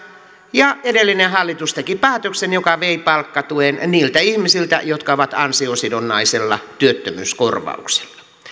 ja edellinen hallitus teki päätöksen joka vei palkkatuen niiltä ihmisiltä jotka ovat ansiosidonnaisella työttömyyskorvauksella